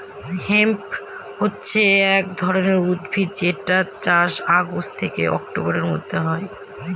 hemp হছে এক ধরনের উদ্ভিদ যেটার চাষ অগাস্ট থেকে অক্টোবরের মধ্যে হয়